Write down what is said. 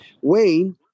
Wayne